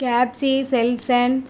கேப்சிஸ் எல்சண்ட்